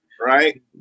right